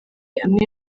amwe